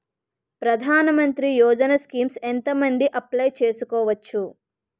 ప్రధాన మంత్రి యోజన స్కీమ్స్ ఎంత మంది అప్లయ్ చేసుకోవచ్చు?